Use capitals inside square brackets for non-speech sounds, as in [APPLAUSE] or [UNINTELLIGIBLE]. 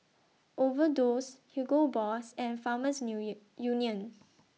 Overdose Hugo Boss and Farmers [UNINTELLIGIBLE] Union